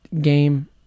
game